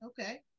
Okay